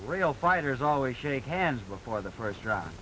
real fighters always shake hands before the first dro